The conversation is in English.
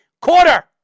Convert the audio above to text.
quarter